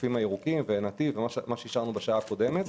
גופים ירוקים ונתיב, מה שאושר כאן בישיבה הקודמת,